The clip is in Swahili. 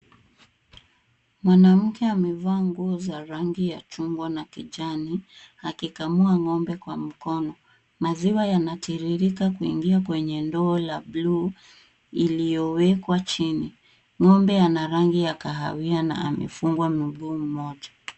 Mwanamke amevaa nguo za rangi ya chungwa na kijani, akikamua ng'ombe kwa mkono. Maziwa yanatiririka kuingia kwenye ndoo la blue , iliyowekwa chini. Ng'ombe ana rangi ya kahawia na amefungwa mguu mmoja.